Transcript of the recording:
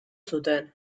zuten